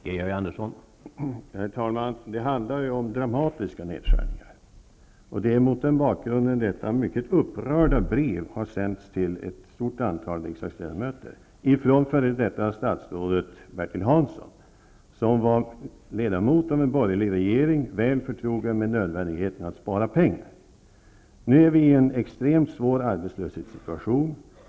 Herr talman! Det handlar ju om dramatiska nedskärningar, och det är mot bakgrund härav som detta mycket upprörda brev har sänts från f.d. statsrådet Bertil Hansson till ett stort antal riksdagsledamöter. Bertil Hansson var ledamot av en borgerlig regering och väl på det klara med nödvändigheten av att spara pengar. Nu är vi i en extremt svår arbetslöshetssituation.